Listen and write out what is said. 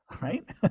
Right